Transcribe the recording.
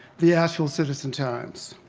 the asheville citizen-times.